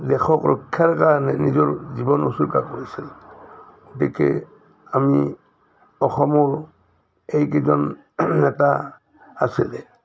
দেশক ৰক্ষাৰ কাৰণে নিজৰ জীৱন উচৰ্গা কৰিছিল গতিকে আমি অসমৰ এইকেইজন নেতা আছিলে